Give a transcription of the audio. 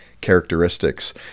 characteristics